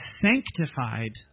sanctified